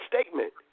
statement